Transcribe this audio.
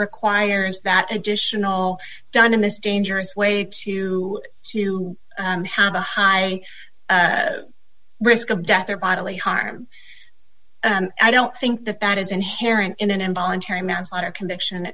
requires that additional done in this dangerous way to to have a high risk of death or bodily harm i don't think that that is inherent in an involuntary manslaughter conviction